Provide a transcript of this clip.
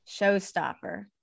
Showstopper